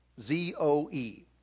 Z-O-E